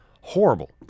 Horrible